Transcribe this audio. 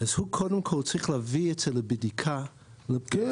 אז קודם כל הוא צריך להביא את זה לבדיקה במכון -- כן,